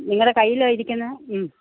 നിങ്ങളുടെ കയ്യിൽ ഇരിക്കുന്ന